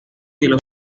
que